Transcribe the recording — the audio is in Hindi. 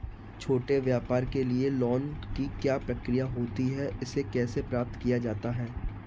छोटे व्यापार के लिए लोंन की क्या प्रक्रिया होती है और इसे कैसे प्राप्त किया जाता है?